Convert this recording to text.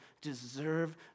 deserve